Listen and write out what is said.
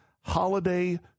holiday